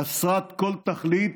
חסרת כל תכלית,